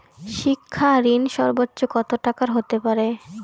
শিক্ষা ঋণ সর্বোচ্চ কত টাকার হতে পারে?